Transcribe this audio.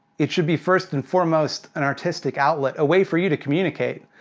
it should be first and foremost, an artistic outlet, a way for you to communicate.